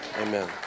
Amen